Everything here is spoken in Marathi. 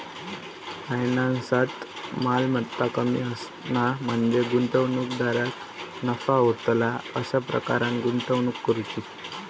फायनान्सात, मालमत्ता कमी असणा म्हणजे गुंतवणूकदाराक नफा होतला अशा प्रकारान गुंतवणूक करुची